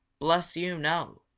bless you, no!